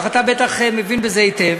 הפיקוח, אתה בטח מבין בזה היטב,